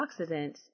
antioxidants